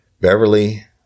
Beverly